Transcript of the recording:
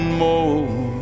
more